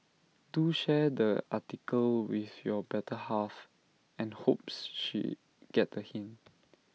do share the article with your better half and hopes she get the hint